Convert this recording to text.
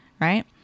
right